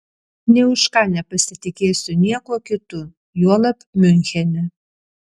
nė už ką nepasitikėsiu niekuo kitu juolab miunchene